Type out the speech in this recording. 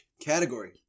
category